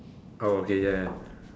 oh okay ya ya